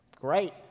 Great